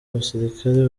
abasirikare